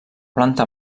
planta